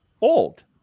Old